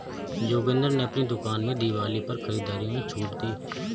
जोगिंदर ने अपनी दुकान में दिवाली पर खरीदारी में छूट दी